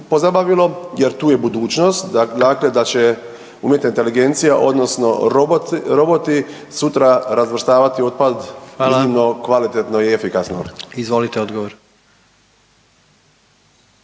jer je tu budućnost, dakle da će umjetna inteligencija odnosno roboti sutra razvrstavati otpad iznimno kvalitetno i efikasno? **Jandroković,